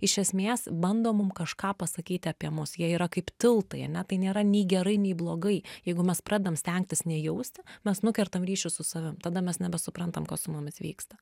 iš esmės bando mum kažką pasakyti apie mus jie yra kaip tiltai ane tai nėra nei gerai nei blogai jeigu mes pradedam stengtis nejausti mes nukertam ryšius su savim tada mes nebesuprantam kas su mumis vyksta